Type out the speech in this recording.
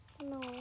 No